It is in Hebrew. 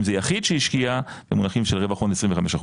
אם זה יחיד שהשקיע במונחים של רווח הון 25%